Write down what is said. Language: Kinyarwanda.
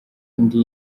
ndi